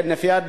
בהינף יד,